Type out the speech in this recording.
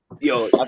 Yo